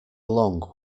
along